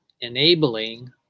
enabling